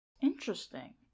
Interesting